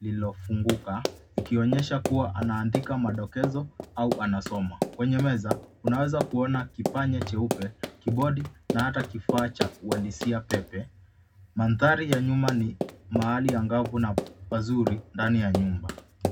lililofunguka, ikionyesha kuwa anaandika madokezo au anasoma. Kwenye meza, unaweza kuona kipanya cheupe, kibodi, na hata kifaa cha ualisia pepe. Mandhari ya nyuma ni mahali angavu na pazuri ndani ya nyumba.